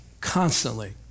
constantly